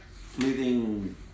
fleeting